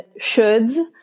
shoulds